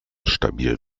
stabil